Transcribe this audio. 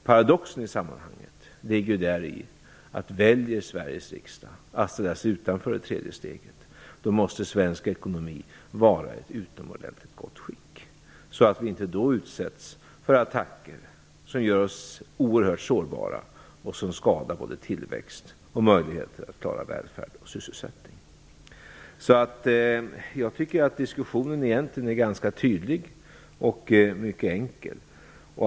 Paradoxen i sammanhanget ligger däri att väljer Sveriges riksdag att ställa sig utanför det tredje steget, måste svensk ekonomi vara i utomordentligt gott skick, så att vi inte utsätts för attacker som gör oss oerhört sårbara och som skadar både tillväxt och möjligheter att klara välfärd och sysselsättning. Jag tycker att diskussionen egentligen är ganska tydlig och mycket enkel.